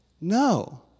No